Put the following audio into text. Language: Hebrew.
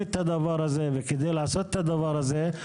את הדבר הזה וכדי לעשות את הדבר הזה,